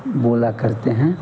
बोला करते हैं